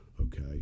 okay